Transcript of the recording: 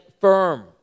firm